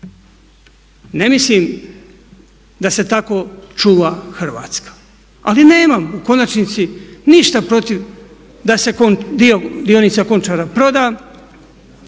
Ne mislim da se tako čuva Hrvatska, ali nemam u konačnici ništa protiv da se dio dionica Končara proda.